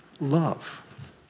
Love